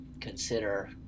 consider